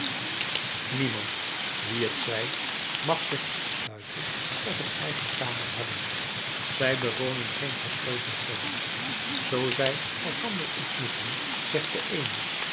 niemand wie het zij mag zich opsluiten of een eigen kamer hebben zij bewonen geen gesloten cellen zoo zij elkander ontmoeten zegt de eene